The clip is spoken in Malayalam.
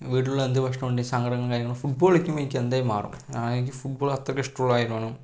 വീട്ടിലുള്ള എന്ത് പ്രശ്നം ഉണ്ടെങ്കിലും സങ്കടങ്ങളും കാര്യങ്ങളും ഫുട്ബോള് കളിക്കുമ്പോൾ എനിക്ക് എന്തായാലും മാറും എനിക്ക് ഫുട്ബോള് അത്രയ്ക്ക് ഇഷ്ടമുള്ള കാര്യമാണ്